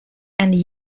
and